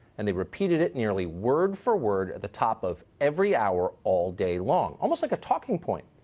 and they repeated it nearly word for word at the top of every hour all day long. almost like a talking point.